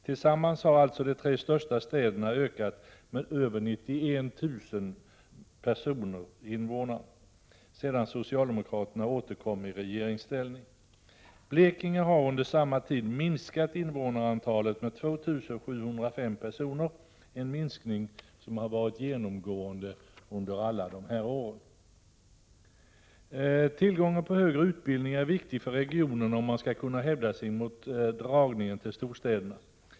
Tillsammans har alltså de tre största städerna ökat med över 91 000 invånare sedan socialdemokraterna återkom i regeringsställning. Blekinge har under samma tid minskat invånarantalet med 2 705 personer, en minskning som varit genomgående under alla dessa år. Tillgången på högre utbildning är viktig för regionerna, om man skall kunna hävda sig mot dragningen till storstäderna.